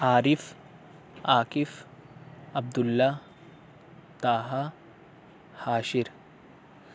Arif Akif Abdullah Taha Hashir